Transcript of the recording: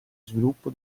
sviluppo